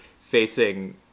facing